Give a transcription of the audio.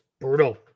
brutal